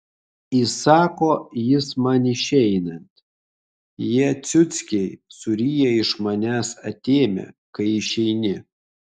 įsako jis man išeinant jie ciuckiai suryja iš manęs atėmę kai išeini